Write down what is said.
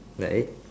that it